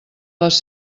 les